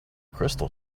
crystal